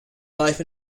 life